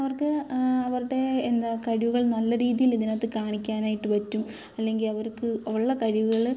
അവർക്ക് അവരുടെ എന്താണ് കഴിവുകൾ നല്ല രീതിയിൽ ഇതിനകത്ത് കാണിക്കാനായിട്ട് പറ്റും അല്ലെങ്കിൽ അവർക്ക് ഉള്ള കഴിവുകൾ